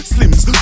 Slims